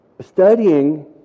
Studying